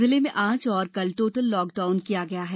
जिले में आज और कल टोटल लाकडाउन किया गया है